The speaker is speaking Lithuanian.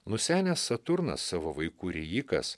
nusenęs saturnas savo vaikų rijikas